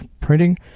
printing